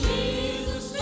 Jesus